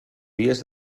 vies